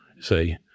See